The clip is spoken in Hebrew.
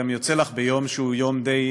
גם יוצא לך ביום שהוא די,